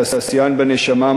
תעשיין בנשמה,